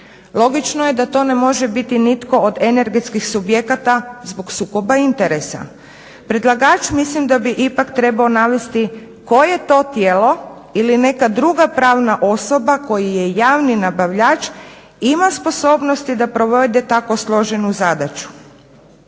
Logično je da to ne može biti nitko od energetskih subjekata zbog sukoba interesa. Predlagač mislim da bi ipak trebao navesti koje to tijelo ili neka druga pravna osoba koji je javni nabavljač ima sposobnosti da provede tako složenu zadaću.